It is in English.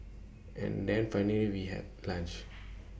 and then finally we had lunch